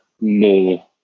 more